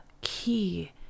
key